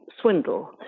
swindle